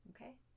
Okay